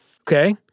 Okay